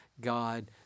God